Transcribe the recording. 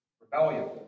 Rebellion